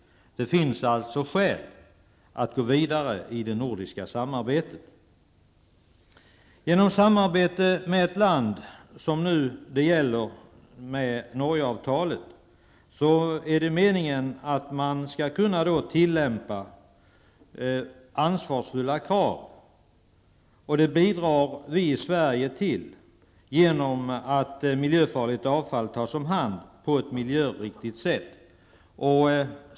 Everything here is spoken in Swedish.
Det finns alltså skäl att gå vidare i det nordiska samarbetet. Genom samarbete med ett land, som nu när det gäller Norgeavtalet, är det meningen att man skall kunna ställa ansvarsfulla krav. Det bidrar vi i Sverige till genom att miljöfarligt avfall tas om hand på ett miljöriktigt sätt.